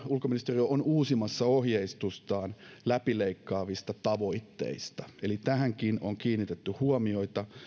ulkoministeriö on uusimassa ohjeistustaan läpileikkaavista tavoitteista eli tähänkin on kiinnitetty huomioita